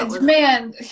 Man